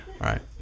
right